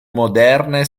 moderne